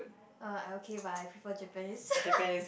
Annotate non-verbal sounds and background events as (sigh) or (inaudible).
uh I okay but I prefer Japanese (laughs)